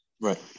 right